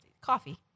coffee